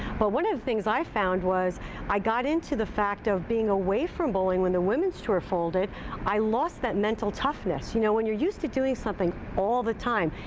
but one of the things i found was i got into the fact of being away from bowling. when the women's tour folded i lost that mental toughness. you know, when you're used to doing something all the time,